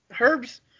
Herbs